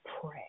pray